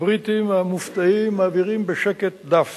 הבריטים המופתעים מעבירים בשקט דף